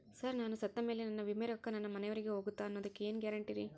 Sir ನಾನು ಸತ್ತಮೇಲೆ ನನ್ನ ವಿಮೆ ರೊಕ್ಕಾ ನನ್ನ ಮನೆಯವರಿಗಿ ಹೋಗುತ್ತಾ ಅನ್ನೊದಕ್ಕೆ ಏನ್ ಗ್ಯಾರಂಟಿ ರೇ?